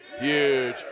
huge